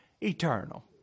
Eternal